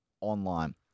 online